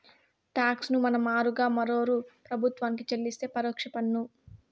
talks ను మన మారుగా మరోరూ ప్రభుత్వానికి చెల్లిస్తే పరోక్ష పన్ను